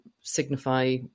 signify